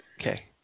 Okay